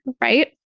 right